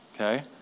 okay